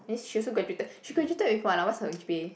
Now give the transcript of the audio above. that means she also graduated she graduated with what ah what's her G_P_A